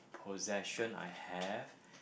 possession I have